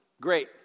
Great